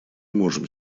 можем